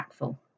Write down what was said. impactful